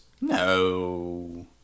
No